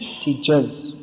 teachers